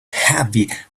heavy